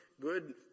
good